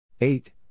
Eight